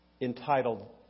entitled